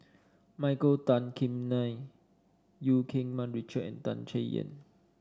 Michael Tan Kim Nei Eu Keng Mun Richard and Tan Chay Yan